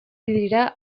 dira